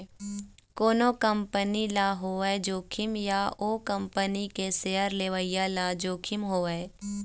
कोनो कंपनी ल होवय जोखिम या ओ कंपनी के सेयर लेवइया ल जोखिम होवय